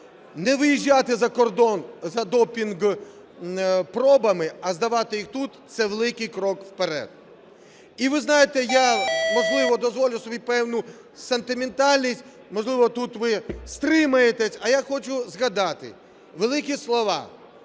не виїжджати за кордон за допінг-пробами, а здавати їх тут. Це великий крок вперед. І ви знаєте, я, можливо, дозволю собі певну сентиментальність, можливо, тут ви стримаєтеся, а я хочу згадати великі слова: